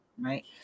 Right